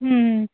ಹ್ಞೂ